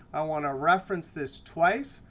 i want to reference this twice,